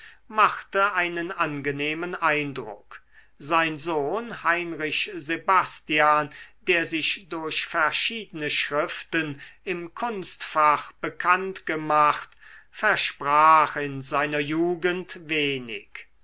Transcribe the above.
machte einen angenehmen eindruck sein sohn heinrich sebastian der sich durch verschiedene schriften im kunstfach bekannt gemacht versprach in seiner jugend wenig